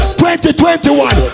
2021